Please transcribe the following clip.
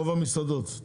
רוב המסעדות.